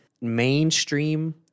Mainstream